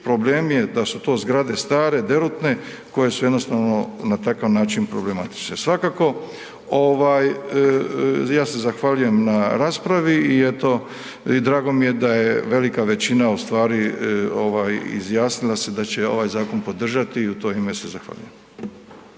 Problem je da su to zgrade stare, derutne koje su jednostavno na takav način problematične. Svakako ovaj, ja se zahvaljujem na raspravi i eto, drago mi je da je velika većina ustvari izjasnila se da će ovaj zakon podržati i u to ime se zahvaljujem.